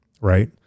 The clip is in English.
right